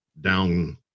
down